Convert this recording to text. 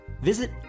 Visit